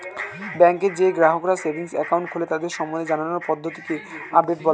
ব্যাংকে যেই গ্রাহকরা সেভিংস একাউন্ট খোলে তাদের সম্বন্ধে জানার পদ্ধতিকে আপডেট বলা হয়